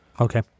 Okay